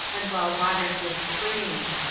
and well watered with springs.